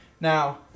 Now